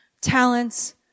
talents